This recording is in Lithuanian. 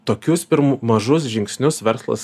tokius pirm mažus žingsnius verslas